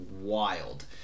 wild